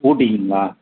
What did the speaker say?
ஊட்டிக்கங்களா